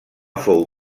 fou